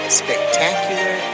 spectacular